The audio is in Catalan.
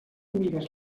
mires